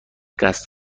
قصد